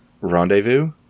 rendezvous